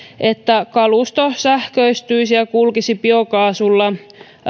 että kalusto sähköistyisi ja kulkisi biokaasulla